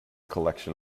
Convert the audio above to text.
collection